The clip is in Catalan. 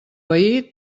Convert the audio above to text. veí